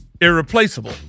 irreplaceable